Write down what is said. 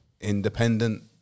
Independent